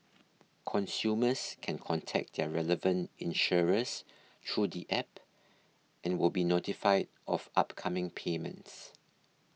consumers can contact their relevant insurers through the app and will be notified of upcoming payments